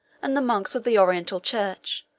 and the monks of the oriental church,